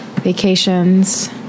Vacations